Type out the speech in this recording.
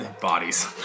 bodies